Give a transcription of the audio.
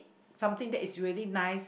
something that is really nice